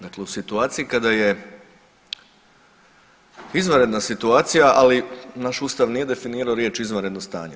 Dakle, u situaciji kada je izvanredna situacija ali naš Ustav nije definirao riječ izvanredno stanje.